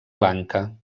lanka